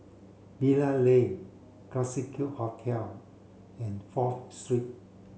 Bilal Lane Classique Hotel and Fourth Street